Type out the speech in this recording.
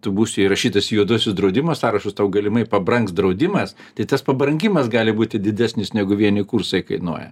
tu būsi įrašytas į juoduosius draudimo sąrašus tau galimai pabrangs draudimas tai tas pabrangimas gali būti didesnis negu vieni kursai kainuoja